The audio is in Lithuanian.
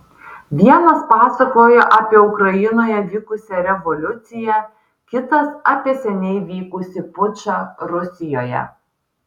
vienas pasakojo apie ukrainoje vykusią revoliuciją kitas apie seniai vykusį pučą rusijoje